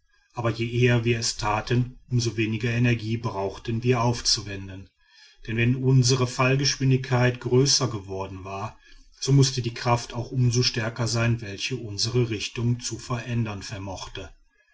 aber je eher wir es taten um so weniger energie brauchten wir aufzuwenden denn wenn erst unsre fallgeschwindigkeit größer geworden war so mußte die kraft auch um so stärker sein welche unsre richtung zu verändern vermochte